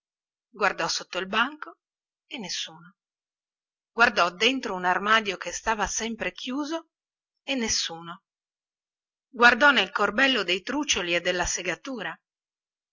guardò sotto il banco e nessuno guardò dentro un armadio che stava sempre chiuso e nessuno guardò nel corbello dei trucioli e della segatura